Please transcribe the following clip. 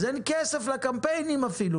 אין כסף לקמפיינים אפילו,